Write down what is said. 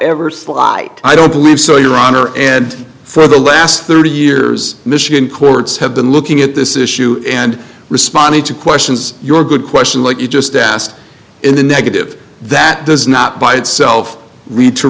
slight i don't believe so your honor and for the last thirty years michigan courts have been looking at this issue and responded to questions your good question like you just asked in the negative that does not by itself read to